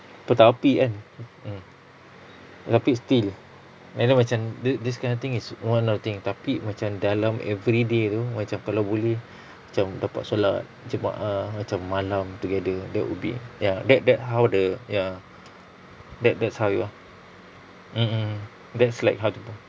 tetapi kan mm tapi still and then macam this kind of thing is one of the thing tapi macam dalam every day tu macam kalau boleh macam dapat solat jemaah macam malam together that would be ya that that how the ya that that's how you ah mmhmm that's like how to